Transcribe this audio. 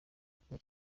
imikino